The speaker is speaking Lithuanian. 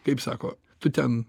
kaip sako tu ten